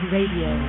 Radio